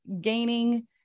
gaining